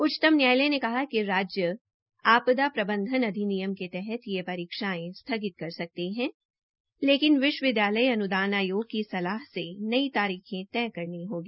उच्चतम न्यायालय ने कहा कि राज्य आपदा अधिनियम के तहत यह परीक्षायें स्थगित कर सकते है लेकिन विश्वविद्यालय अन्दान आयोग की सलाह से नई तरीखें तय करनी होगी